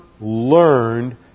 learned